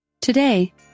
Today